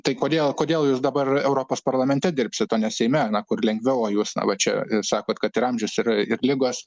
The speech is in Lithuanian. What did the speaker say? tai kodėl kodėl jūs dabar europos parlamente dirbsit o ne seime na kur lengviau o jūs na va čia sakot kad ir amžius ir ligos